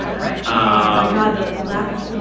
right oh, my god, the lack of.